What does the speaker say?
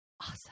awesome